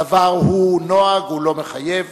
הדבר הוא נוהג, הוא לא מחייב,